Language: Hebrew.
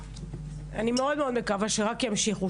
אני מאוד מאוד מקווה שרק ימשיכו,